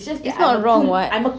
it's not wrong [what]